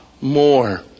more